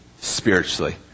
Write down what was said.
spiritually